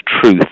truth